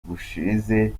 gushize